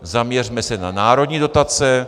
Zaměřme se na národní dotace.